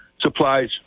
supplies